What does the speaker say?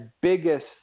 biggest